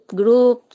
group